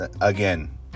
Again